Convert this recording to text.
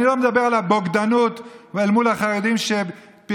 אני לא מדבר על הבוגדנות מול החרדים שפרנסו